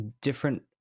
different